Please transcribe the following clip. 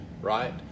right